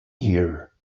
here